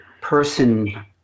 person